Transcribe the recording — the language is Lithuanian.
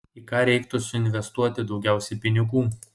į ką reiktų suinvestuoti daugiausiai pinigų